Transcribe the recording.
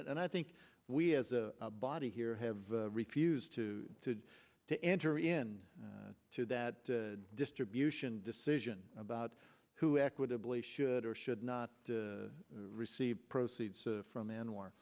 it and i think we as a body here have refused to to to enter in to that distribution decision about who equitably should or should not receive proceeds from anwar